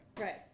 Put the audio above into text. Right